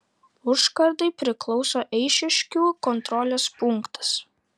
užkardai priklauso eišiškių kontrolės punktas